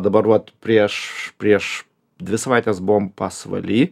dabar vat prieš prieš dvi savaites buvom pasvaly